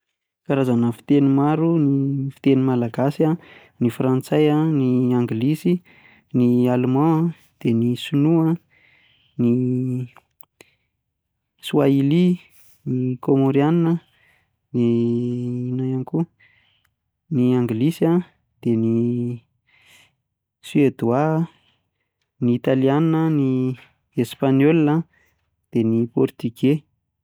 Ny karazana fiteny maro, ny fiteny malagasy an, ny frantsay an, ny anglisy, ny alema, ny dia ny sinoa an, ny soahili, ny kômôriana, dia inona ihany koa? ny anglisy an, dia ny suedoa, ny italiana, ny espaniola, dia ny portige.